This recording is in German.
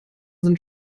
sind